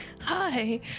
Hi